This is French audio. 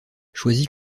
choisi